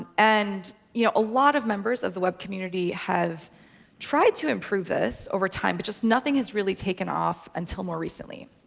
and and you know a lot of members of the web community have tried to improve this over time, but just nothing has really taken off until more recently.